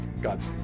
God's